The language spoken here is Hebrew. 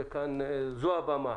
זו הבמה.